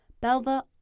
Belva